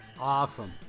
Awesome